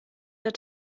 der